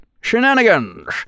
Shenanigans